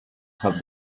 have